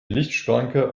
lichtschranke